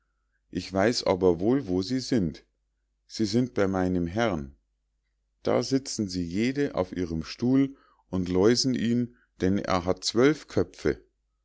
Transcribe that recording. ich weiß aber wohl wo sie sind sie sind bei meinem herrn da sitzen sie jede auf ihrem stuhl und läusen ihn denn er hat zwölf köpfe